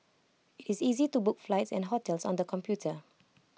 IT is easy to book flights and hotels on the computer